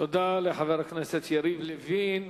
תודה לחבר הכנסת יריב לוין.